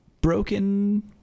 broken